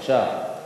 בבקשה.